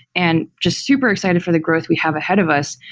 and just super excited for the growth we have ahead of us.